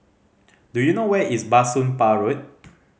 do you know where is Bah Soon Pah Road